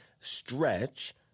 stretch